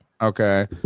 Okay